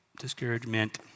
discouragement